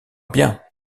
bien